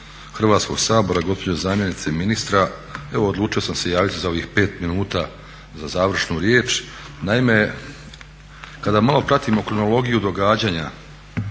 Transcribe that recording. Hrvatskog sabora, gospođo zamjenice ministra. Evo odlučio sam se javiti za ovih 5 minuta za završnu riječ. Naime, kada malo pratimo kronologiju događanja